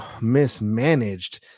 mismanaged